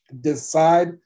decide